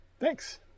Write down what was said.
Thanks